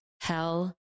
Hell